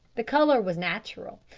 the colour was natural,